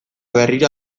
berriro